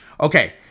Okay